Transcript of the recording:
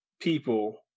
people